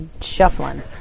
shuffling